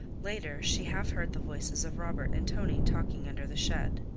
later she half heard the voices of robert and tonie talking under the shed.